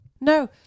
No